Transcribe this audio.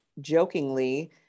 Jokingly